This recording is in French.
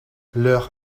leur